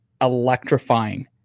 electrifying